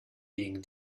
being